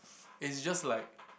it's just like